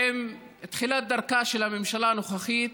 עם תחילת דרכה של הממשלה הנוכחית,